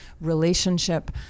relationship